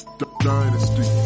dynasty